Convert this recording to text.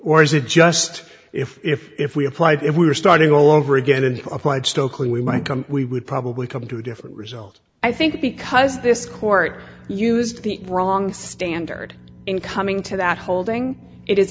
or is it just if if if we applied if we were starting all over again and applied stokely we might come we would probably come to a different result i think because this court used the wrong standard in coming to that holding it is